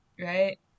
right